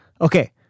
Okay